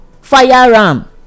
firearm